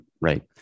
Right